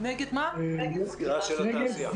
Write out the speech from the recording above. של